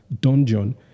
dungeon